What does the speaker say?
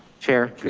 chair,